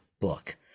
book